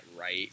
right